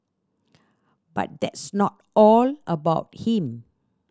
but that's not all about him